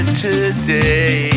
today